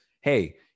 hey